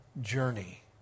journey